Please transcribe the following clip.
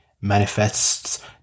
manifests